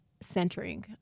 centering